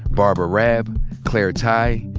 barbara raab, claire tighe,